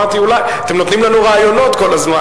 אמרתי: אולי, אתם נותנים לנו רעיונות כל הזמן.